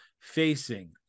facing